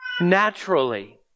naturally